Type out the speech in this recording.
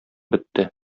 бетте